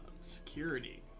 Security